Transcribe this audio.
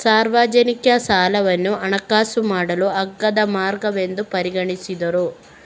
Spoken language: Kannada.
ಸಾರ್ವಜನಿಕ ಸಾಲವನ್ನು ಹಣಕಾಸು ಮಾಡಲು ಅಗ್ಗದ ಮಾರ್ಗವೆಂದು ಪರಿಗಣಿಸಿದರು